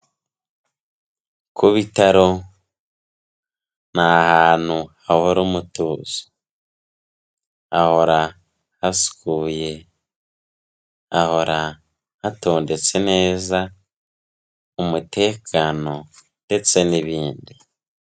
Ku bitaro ni ahantu hahora umutozo, hahora hasukuye, hahora hatondetse neza, umutekano ndetse n'ibindi.